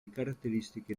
caratteristiche